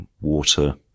water